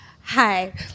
Hi